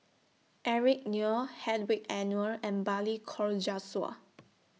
Eric Neo Hedwig Anuar and Balli Kaur Jaswal